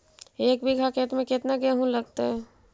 एक बिघा खेत में केतना गेहूं लगतै?